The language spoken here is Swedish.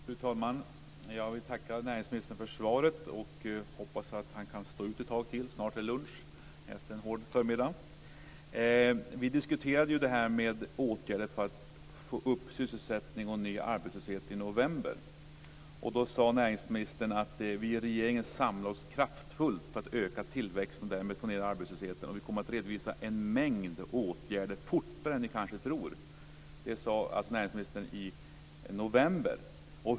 Fru talman! Jag vill tacka näringsministern för svaret. Jag hoppas att han kan stå ut ett tag till; snart är det lunch efter en hård förmiddag. Vi diskuterade det här med åtgärder för att få upp sysselsättningen och ned arbetslösheten i november. Då sade näringsministern: Vi i regeringen samlar oss kraftfullt för att öka tillväxten och därmed få ned arbetslösheten, och vi kommer att redovisa en mängd åtgärder fortare än ni kanske tror. Detta sade alltså näringsministern i november.